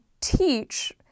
teach